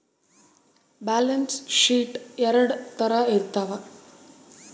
balance sheet ಎರಡ್ ತರ ಇರ್ತವ